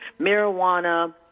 marijuana